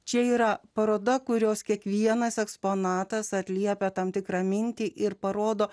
čia yra paroda kurios kiekvienas eksponatas atliepia tam tikrą mintį ir parodo